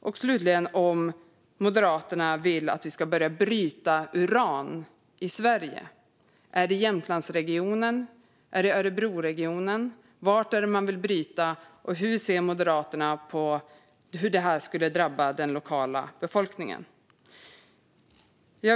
Och slutligen: Vill Moderaterna att vi ska börja bryta uran i Sverige? Är det i Jämtlandsregionen eller i Örebroregionen, eller var vill man bryta uran? Och hur ser Moderaterna på hur detta skulle drabba den lokala befolkningen?